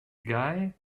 guy